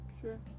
Sure